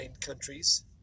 countries